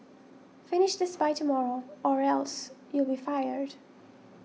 finish this by tomorrow or else you'll be fired